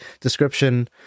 description